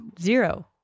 zero